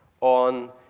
on